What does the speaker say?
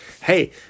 hey